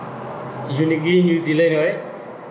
unique green new zealand right